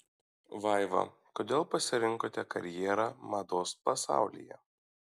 vaiva kodėl pasirinkote karjerą mados pasaulyje